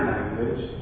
Language